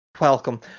Welcome